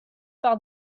par